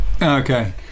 Okay